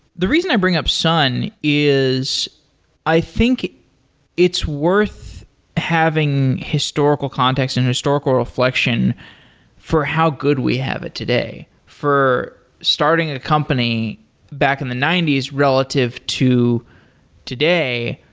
the reason i bring up sun is i think it's worth having historical context and historical reflection for how good we have it today, for starting a company back in the ninety s relative to today.